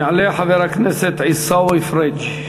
יעלה חבר הכנסת עיסאווי פריג',